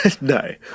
no